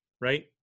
right